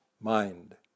mind